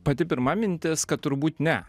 pati pirma mintis kad turbūt ne